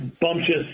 bumptious